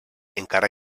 encara